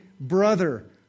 brother